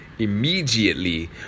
immediately